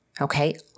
Okay